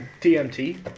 DMT